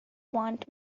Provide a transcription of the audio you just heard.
want